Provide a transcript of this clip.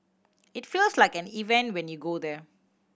it feels like an event when you go there